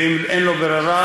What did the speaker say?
ואם אין ברירה,